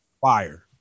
Fire